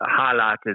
highlighted